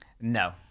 No